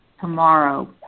tomorrow